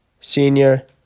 senior